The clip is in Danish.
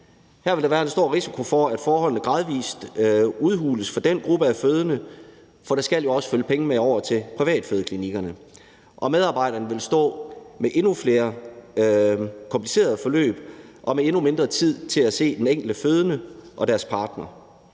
Her vil der være en stor risiko for, at forholdene gradvis udhules for den gruppe af fødende, for der skal jo også følge penge med over til de private fødeklinikker. Og medarbejderne vil stå med endnu flere komplicerede forløb og med endnu mindre tid til at se den enkelte fødende og hendes deres partner.